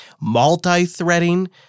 multi-threading